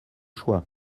choix